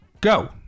go